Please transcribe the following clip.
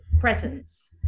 presence